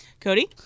Cody